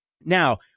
Now